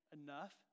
enough